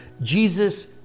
Jesus